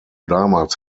damals